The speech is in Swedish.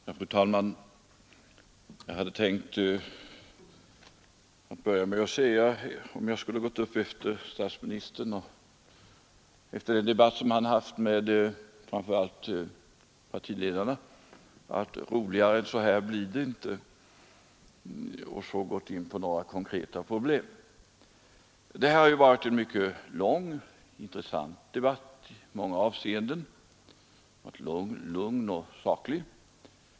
Nr 149 Fru talman! Jag är så intresserad av att höra vad industriministern har Fredagen den att säga att jag inte skall ta upp tid med att ingå i-debatt med fru 7 december 1973 Thorsson. Porsdk rd Ang. energiförsörj Herr industriministern JOHANSSON: ningen, m.m. Fru talman! Jag hade tänkt att jag efter debatten mellan statsministern och partiledarna skulle säga att roligare än så här blir det inte och sedan gå in på några konkreta problem. Det har varit en lång och i många avseenden intressant debatt, och den har varit lugn och saklig.